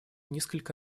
несколько